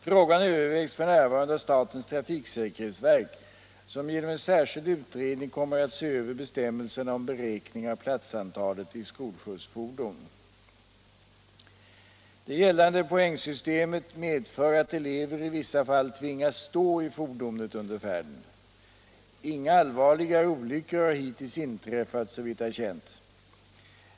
Frågan övervägs f.n. av statens trafiksäkerhetsverk, som genom en särskild utredning kommer att se över bestämmelserna om beräkning av platsantalet i skolskjutsfordon. Det gällande poängsystemet medför att elever i vissa fall tvingas stå i fordonet under färden. Inga allvarligare olyckor har hittills inträffat, såvitt är känt.